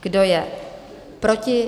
Kdo je proti?